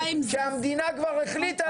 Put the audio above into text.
ועכשיו אני מבין שהמדינה כבר החליטה